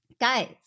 Guys